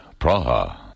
Praha